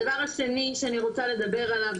הדבר השני שאני רוצה לדבר עליו,